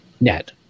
net